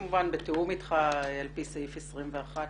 וכמובן בתיאום אתך על פי סעיף 21,